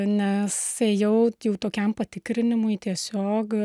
nes ėjau jau tokiam patikrinimui tiesiog